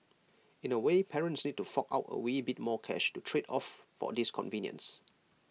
in A way parents need to fork out A wee bit more cash to trade off for this convenience